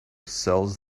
sells